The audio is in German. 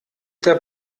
der